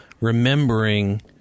remembering